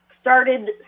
started